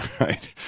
Right